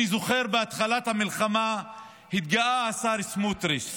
אני זוכר שבתחילת המלחמה התגאה השר סמוטריץ',